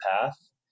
path